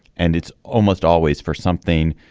and it's almost always for something.